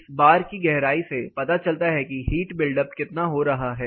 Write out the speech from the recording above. इस बार की गहराई से पता चलता है कि हीट बिल्डअप कितना हो रहा है